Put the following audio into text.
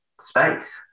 space